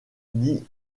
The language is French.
dit